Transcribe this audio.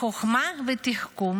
בחוכמה ותחכום